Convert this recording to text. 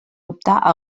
optar